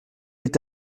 est